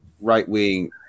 right-wing